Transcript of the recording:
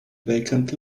vacant